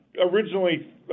originally